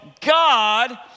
God